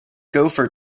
gopher